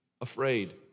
afraid